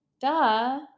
Duh